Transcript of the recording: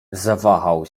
zawahał